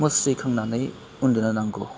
मुस्रि सोंनानै उन्दुनो नांगौ